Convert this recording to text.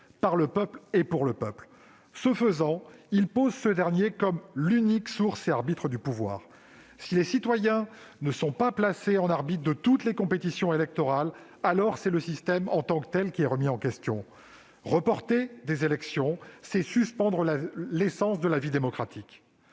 par le peuple, pour le peuple ». Ce faisant, il posait ce dernier comme unique source et arbitre du pouvoir. Si les citoyens ne sont pas placés en arbitre de toutes les compétitions électorales, alors c'est le système en tant que tel qui est remis en question. Reporter des élections, c'est suspendre l'essence de la vie démocratique.